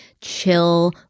chill